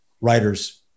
writers